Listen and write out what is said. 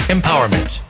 Empowerment